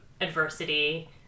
adversity